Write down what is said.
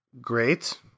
great